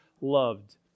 loved